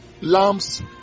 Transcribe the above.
lamps